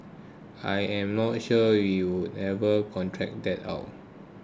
I am not sure we would ever contract that out